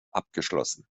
abgeschlossen